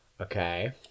Okay